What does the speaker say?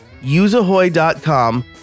useahoy.com